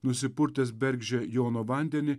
nusipurtęs bergždžią jono vandenį